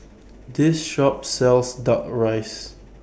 This Shop sells Duck Rice